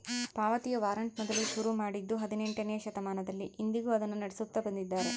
ಪಾವತಿಯ ವಾರಂಟ್ ಮೊದಲು ಶುರು ಮಾಡಿದ್ದೂ ಹದಿನೆಂಟನೆಯ ಶತಮಾನದಲ್ಲಿ, ಇಂದಿಗೂ ಅದನ್ನು ನಡೆಸುತ್ತ ಬಂದಿದ್ದಾರೆ